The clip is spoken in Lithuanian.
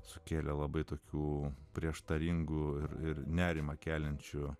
sukėlė labai tokių prieštaringų ir ir nerimą keliančių